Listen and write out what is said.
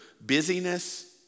busyness